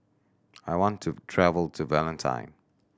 I want to travel to Vientiane